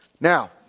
now